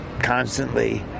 constantly